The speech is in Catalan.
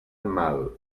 mal